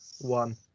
one